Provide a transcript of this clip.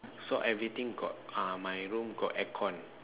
so everything got uh my room got aircon